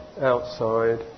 outside